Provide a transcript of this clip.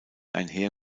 einher